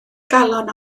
galon